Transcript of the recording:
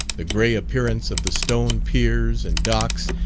the grey appearance of the stone piers and docks,